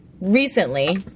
recently